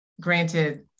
Granted